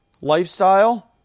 lifestyle